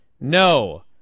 No